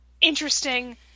interesting